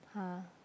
[huh]